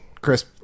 Chris